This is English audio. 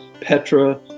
Petra